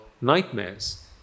nightmares